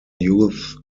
youth